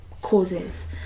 causes